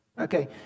Okay